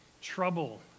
trouble